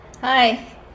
Hi